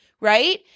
right